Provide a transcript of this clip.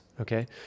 okay